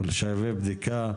זה שווה בדיקה.